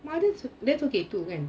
!wah! that's that's okay too kan